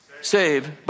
saved